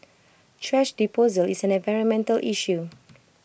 thrash disposal is an environmental issue